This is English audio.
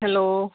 hello